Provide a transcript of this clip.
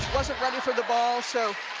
wasn't ready for the ball so